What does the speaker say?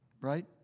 right